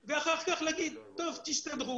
אם לא היה קורונה אז לא הייתה בעיה.